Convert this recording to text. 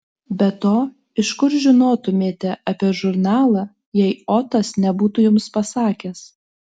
be to iš kur žinotumėte apie žurnalą jei otas nebūtų jums pasakęs